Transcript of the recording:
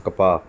ਕਪਾਹ